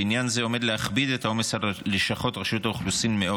ועניין זה עומד להכביד מאוד את העומס על לשכות רשות האוכלוסין .